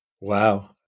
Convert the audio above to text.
Wow